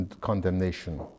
condemnation